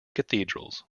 cathedrals